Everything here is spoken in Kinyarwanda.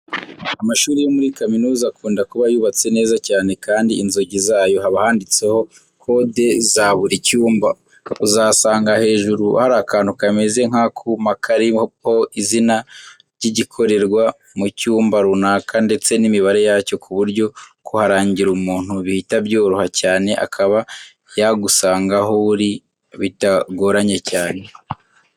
Amashuri yo muri kaminuza akunda kuba yubatse neza cyane kandi inzugi zayo haba handitseho kode za buri cyumba. Uzasanga hejuru hari akantu kameze nk'akuma kariho izina ry'igikorerwa mu cyumba runaka ndetse n'imibare yacyo ku buryo kuharangira umuntu bihita byoroha cyane akaba yagusanga aho uri bitagoranye cyane.